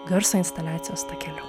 garso instaliacijos takeliu